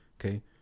okay